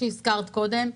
כפי שהזכרת קודם.